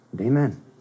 amen